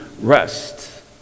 rest